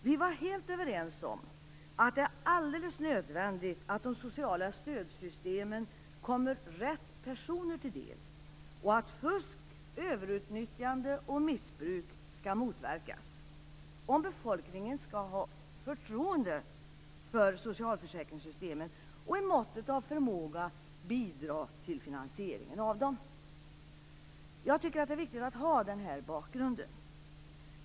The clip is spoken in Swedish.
Vi var helt överens om att det är alldeles nödvändigt att de sociala stödsystemen kommer rätt personer till del och att fusk, överutnyttjande och missbruk skall motverkas om befolkningen skall ha förtroende för socialförsäkringssystemen och i måttet av förmåga bidra till finansieringen av dem. Jag tycker att det är viktigt att ha den här bakgrunden.